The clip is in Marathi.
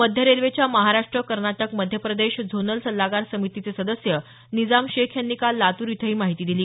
मध्य रेल्वेच्या महाराष्ट्र कर्नाटक मध्य प्रदेश झोनल सल्लागार समितीचे सदस्य निजाम शेख यांनी काल लातूर इथं ही माहिती दिली